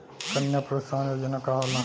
कन्या प्रोत्साहन योजना का होला?